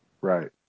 Right